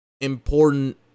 important